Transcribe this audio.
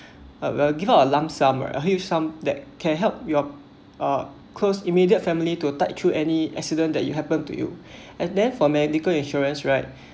I will give out a lump sum or a huge sum that can help your uh close immediate family to tide through any accident that you happen to you and then for medical insurance right